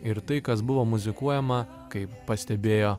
ir tai kas buvo muzikuojama kaip pastebėjo